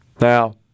Now